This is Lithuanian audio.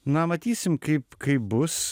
na matysim kaip kaip bus